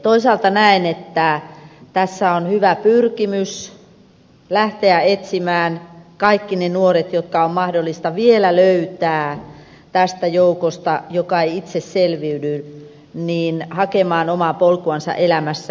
toisaalta näen että tässä on hyvä pyrkimys lähteä etsimään kaikki ne nuoret jotka on mahdollista vielä löytää tästä joukosta joka ei itse selviydy hakemaan omaa polkuansa elämässä